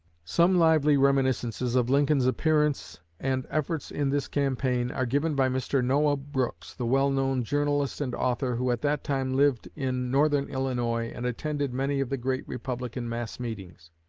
some lively reminiscences of lincoln's appearance and efforts in this campaign are given by mr. noah brooks, the well-known journalist and author, who at that time lived in northern illinois and attended many of the great republican mass-meetings.